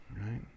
Right